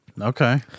Okay